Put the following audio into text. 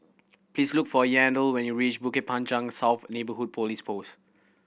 please look for Yandel when you reach Bukit Panjang South Neighbourhood Police Post